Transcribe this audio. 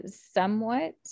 somewhat